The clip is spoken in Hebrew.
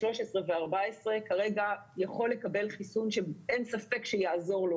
13 ו-14 כרגע יכול לקבל חיסון שאין ספק שיעזור לו